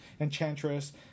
Enchantress